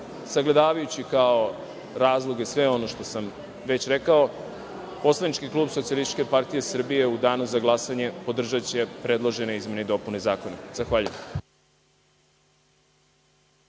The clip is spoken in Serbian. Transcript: sagledavajući kao razloge sve ono što sam već rekao, poslanički klub SPS u danu za glasanje podržaće predložene izmene i dopune zakona. Zahvaljujem.